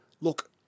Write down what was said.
look